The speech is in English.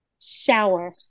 Shower